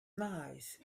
nice